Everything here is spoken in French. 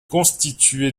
constituée